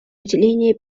уделения